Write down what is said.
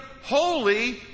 holy